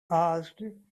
asked